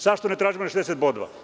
Zašto ne tražimo ni 60 bodova?